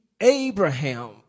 Abraham